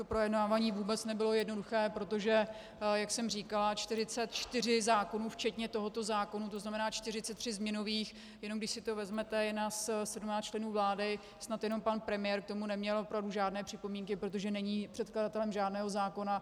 Projednávání vůbec nebylo jednoduché, protože jak jsem říkala, 44 zákonů včetně tohoto zákona, tzn. 43 změnových, jenom když si to vezmete, je nás sedmnáct členů vlády, snad jenom pan premiér k tomu neměl opravdu žádné připomínky, protože není předkladatelem žádného zákona.